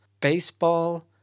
baseball